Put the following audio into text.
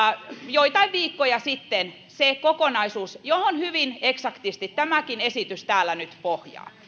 joitain viikkoja sitten se kokonaisuus johon hyvin eksaktisti tämäkin esitys nyt pohjaa